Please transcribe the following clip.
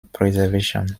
preservation